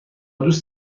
دوست